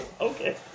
okay